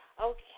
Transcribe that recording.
Okay